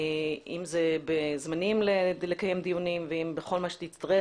אם זה בזמנים לקיים דיונים ואם בכל מה שתצטרך.